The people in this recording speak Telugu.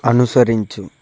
అనుసరించు